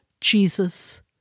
Jesus